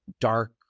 dark